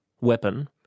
weapon